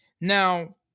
Now